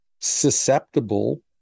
susceptible